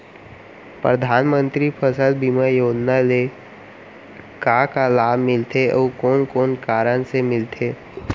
परधानमंतरी फसल बीमा योजना ले का का लाभ मिलथे अऊ कोन कोन कारण से मिलथे?